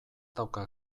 dauka